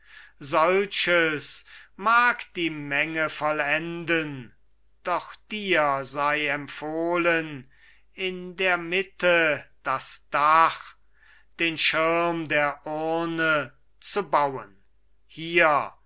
solches mag die menge vollenden doch dir sei empfohlen in der mitte das dach den schirm der urne zu bauen hier